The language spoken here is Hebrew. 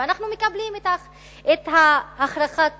ואנחנו מקבלים את הכרחת